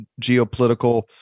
geopolitical